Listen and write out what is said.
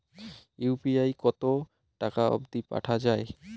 UPI কতো টাকা অব্দি পাঠা যায়?